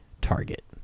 target